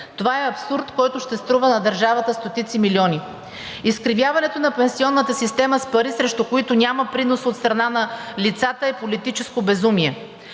Това е абсурд, който ще струва на държавата стотици милиони. Изкривяването на пенсионната система с пари, срещу които няма принос от страна на лицата, е политическо безумие.